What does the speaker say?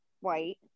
white